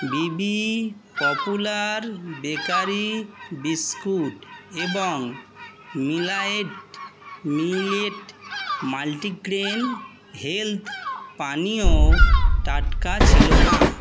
বিবি popular bakery biscuit এবং millet multigrain health পানীয় টাটকা ছিল না